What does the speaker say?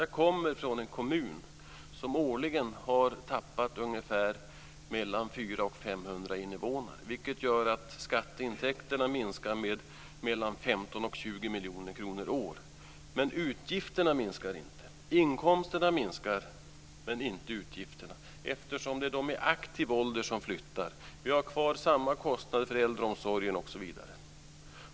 Jag kommer från en kommun som årligen har tappat mellan 400 och 500 invånare, vilket gör att skatteintäkterna minskar med mellan 15 och 20 miljoner kronor per år, men utgifterna minskar inte. Inkomsterna minskar men inte utgifterna, eftersom det är de i aktiv ålder som flyttar. Vi har kvar samma kostnader för äldreomsorgen osv.